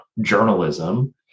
journalism